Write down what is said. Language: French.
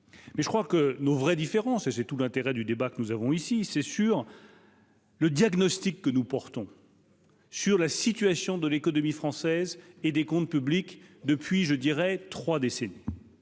mais je crois que nos vraies différences et c'est tout l'intérêt du débat que nous avons ici c'est sûr. Le diagnostic que nous portons. Sur la situation de l'économie française et des comptes publics depuis je dirais 3 décédé,